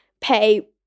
pay